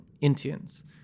Indians